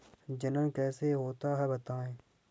जनन कैसे होता है बताएँ?